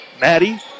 Maddie